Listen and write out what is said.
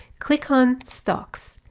click on stocks.